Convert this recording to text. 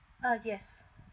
ah yes